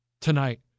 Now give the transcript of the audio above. tonight